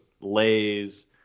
Lay's